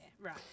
right